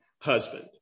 husband